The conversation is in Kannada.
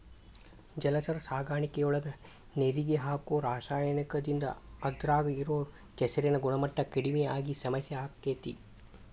ಜಲಚರ ಸಾಕಾಣಿಕೆಯೊಳಗ ನೇರಿಗೆ ಹಾಕೋ ರಾಸಾಯನಿಕದಿಂದ ಅದ್ರಾಗ ಇರೋ ಕೆಸರಿನ ಗುಣಮಟ್ಟ ಕಡಿಮಿ ಆಗಿ ಸಮಸ್ಯೆ ಆಗ್ತೇತಿ